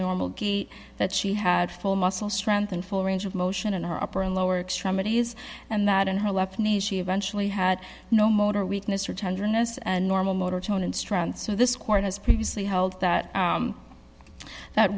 normal gait that she had full muscle strength and full range of motion and her upper and lower extremities and that in her left knee she eventually had no motor weakness or tenderness and normal motor tone and strength so this court has previously held that that